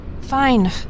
Fine